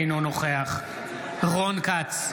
אינו נוכח רון כץ,